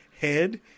head